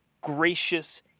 gracious